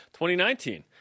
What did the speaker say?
2019